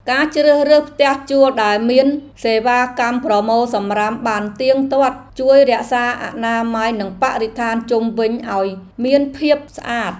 ការជ្រើសរើសផ្ទះជួលដែលមានសេវាកម្មប្រមូលសំរាមបានទៀងទាត់ជួយរក្សាអនាម័យនិងបរិស្ថានជុំវិញឱ្យមានភាពស្អាត។